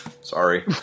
sorry